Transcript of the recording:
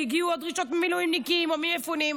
כי הגיעו הדרישות ממילואימניקים או ממפונים.